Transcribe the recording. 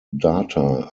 data